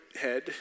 head